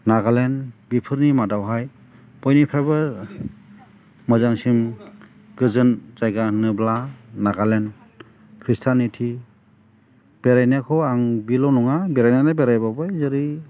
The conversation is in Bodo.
नागालेण्ड बेफोरनि मादावहाय बयनिफ्रायबो मोजांसिन गोजोन जायगा होनोब्ला नागालेण्ड ख्रिस्थानिथि बेरायनायखौ आं बेल' नङा बेरायनाया बेरायबावबाय जेरै